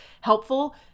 helpful